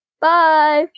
Bye